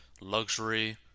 luxury